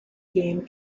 game